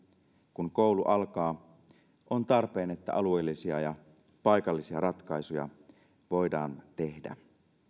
kun koulu alkaa on tarpeen että alueellisia ja paikallisia ratkaisuja voidaan tehdä